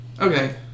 Okay